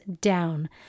down